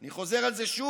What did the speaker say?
אני חוזר על זה שוב: